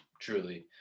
truly